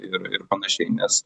ir ir panašiai nes